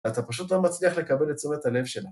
אתה פשוט לא מצליח לקבל את צורת הלב שלה.